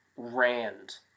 Rand